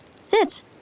sit